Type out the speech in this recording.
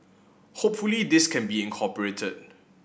hopefully this can be incorporated